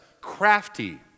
crafty